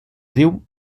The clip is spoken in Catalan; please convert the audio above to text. riu